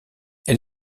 elle